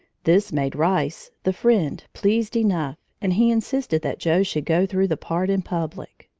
this made rice, the friend, pleased enough, and he insisted that joe should go through the part in public.